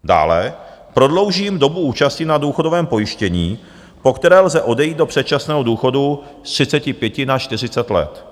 Dále prodlouží dobu účasti na důchodovém pojištění, po které lze odejít do předčasného důchodu, z 35 na 40 let.